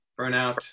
burnout